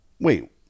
Wait